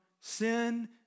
sin